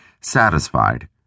Satisfied